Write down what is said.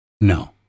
No